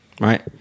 right